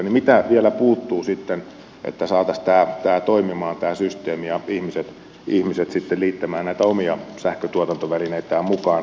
mitä vielä puuttuu sitten että saataisiin tämä systeemi toimimaan ja ihmiset sitten liittämään näitä omia sähköntuotantovälineitään mukaan